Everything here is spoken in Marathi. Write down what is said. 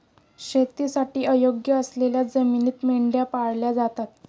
शेतीसाठी अयोग्य असलेल्या जमिनीत मेंढ्या पाळल्या जातात